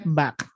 back